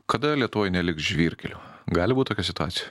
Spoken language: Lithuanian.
kada lietuvoj neliks žvyrkelių gali būt tokia situacija